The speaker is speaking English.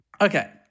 Okay